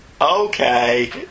okay